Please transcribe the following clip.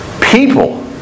people